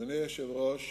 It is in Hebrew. אדוני היושב-ראש,